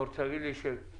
אתה רוצה להגיד לי שתנובה,